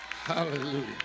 Hallelujah